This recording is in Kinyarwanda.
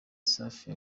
safi